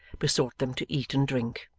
besought them to eat and drink.